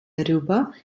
darüber